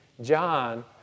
John